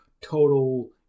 total